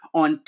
on